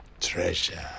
treasure